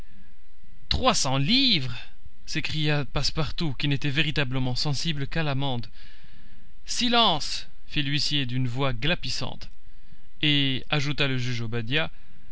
cents livres s'écria passepartout qui n'était véritablement sensible qu'à l'amende silence fit l'huissier d'une voix glapissante et ajouta le juge obadiah